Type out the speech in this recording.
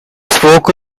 spoke